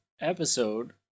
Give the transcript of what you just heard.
episode